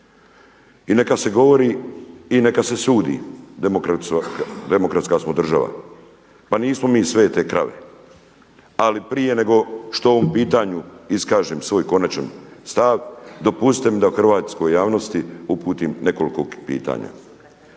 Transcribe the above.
I neka se govori i neka se sudi, demokratska smo država. Pa nismo mi svete krave ali prije nego što o ovom pitanju iskažem svoj konačan stav dopustite mi da hrvatskoj javnosti uputim nekoliko pitanja.